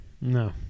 No